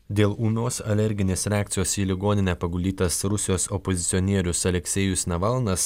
dėl ūmios alerginės reakcijos į ligoninę paguldytas rusijos opozicionierius aleksejus navalnas